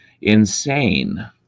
insane